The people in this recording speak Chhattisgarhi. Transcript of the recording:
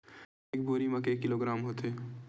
एक बोरी म के किलोग्राम होथे?